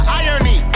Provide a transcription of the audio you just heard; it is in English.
irony